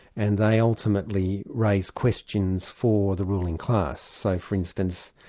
and they ultimately raise questions for the ruling class. so for instance,